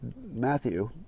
Matthew